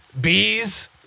bees